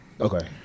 Okay